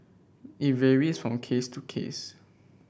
it varies from case to case